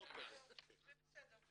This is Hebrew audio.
זה בסדר.